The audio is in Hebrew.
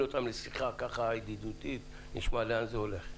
אותם לשיחה ידידותית ונשמע לאן זה הולך.